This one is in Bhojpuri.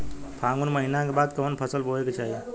फागुन महीना के बाद कवन फसल बोए के चाही?